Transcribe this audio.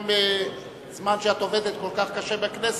גם בזמן שאת עובדת כל כך קשה בכנסת,